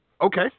Okay